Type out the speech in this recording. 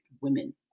women